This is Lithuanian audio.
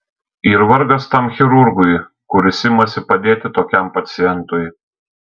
ir vargas tam chirurgui kuris imasi padėti tokiam pacientui